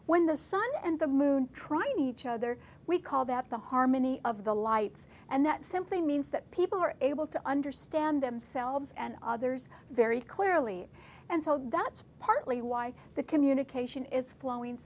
when the sun and the moon trying each other we call that the harmony of the lights and that simply means that people are able to understand themselves and others very clearly and so that's partly why the communication is flowing